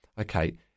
okay